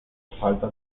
falta